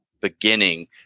beginning